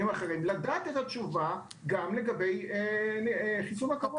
אחרים לדעת את התשובה גם לגבי חיסון הקורונה.